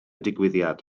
digwyddiad